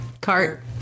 cart